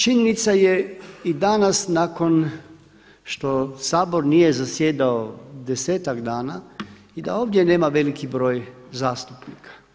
Činjenica je i danas nakon što Sabor nije zasjedao 10-ak dana i da ovdje nema veliki broj zastupnika.